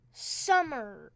SUMMER